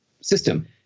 system